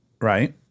right